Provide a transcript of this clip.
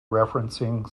referencing